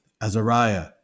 Azariah